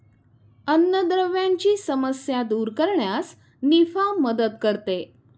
अन्नद्रव्यांची समस्या दूर करण्यास निफा मदत करते